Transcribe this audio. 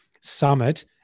summit